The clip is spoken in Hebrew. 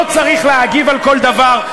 לא צריך להגיב על כל דבר.